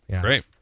Great